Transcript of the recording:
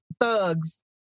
thugs